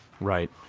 Right